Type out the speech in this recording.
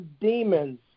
demons